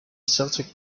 celtic